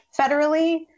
federally